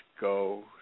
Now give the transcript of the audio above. go